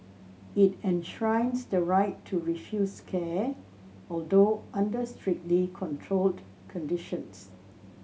it enshrines the right to refuse care although under strictly controlled conditions